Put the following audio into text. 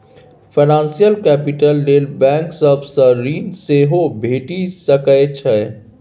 financial capital लेल bank सब सँ ऋण सेहो भेटि सकै छै